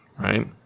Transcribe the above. right